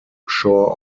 shore